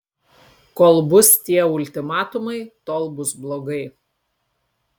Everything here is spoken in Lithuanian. kol bus tie ultimatumai tol bus blogai